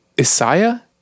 Isaiah